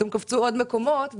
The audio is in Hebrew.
פתאום קפצו עוד מקומות.